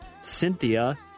Cynthia